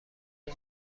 روز